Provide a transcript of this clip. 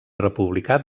republicà